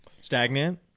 stagnant